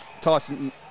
Tyson